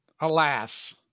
alas